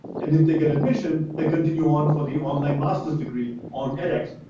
and if they get admission, they continue on for the online master's degree on edx.